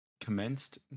commenced